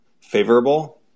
favorable